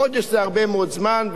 חודש זה הרבה מאוד זמן,